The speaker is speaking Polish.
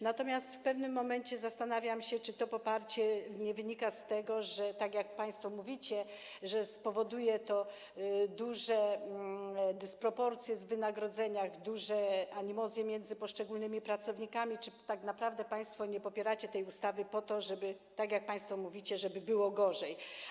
Natomiast w pewnym momencie zastanawiałam się, czy to poparcie nie wynika z tego, że - tak jak państwo mówicie - spowoduje to duże dysproporcje w wynagrodzeniach, duże animozje między poszczególnymi pracownikami, czy tak naprawdę państwo nie popieracie tej ustawy po to - tak jak państwo mówicie - żeby było gorzej.